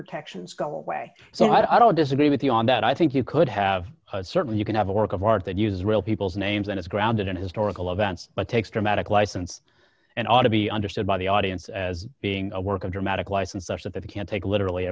protections go away so i don't disagree with you on that i think you could have certainly you can have a work of art that uses real people's names and it's grounded in historical events but takes dramatic license and ought to be understood by the audience as being a work of dramatic license such that that can take literally